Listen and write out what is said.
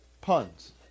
puns